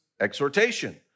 exhortation